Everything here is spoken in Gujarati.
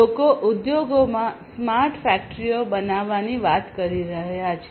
લોકો ઉદ્યોગોમાં સ્માર્ટ ફેક્ટરીઓ બનાવવાની વાત કરી રહ્યા છે